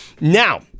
Now